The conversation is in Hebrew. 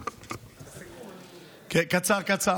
קצר.